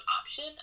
option